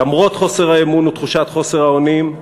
למרות חוסר האמון ותחושת חוסר האונים,